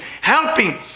helping